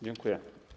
Dziękuję.